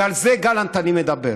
ועל זה, גלנט, אני מדבר.